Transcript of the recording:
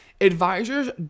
advisors